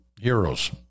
Heroes